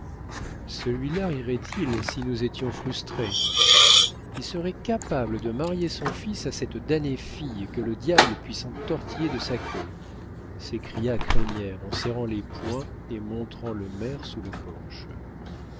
celui-là rirait il si nous étions frustrés il serait capable de marier son fils à cette damnée fille que le diable puisse entortiller de sa queue s'écria crémière en serrant les poings et montrant le maire sous le porche